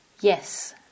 Yes